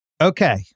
Okay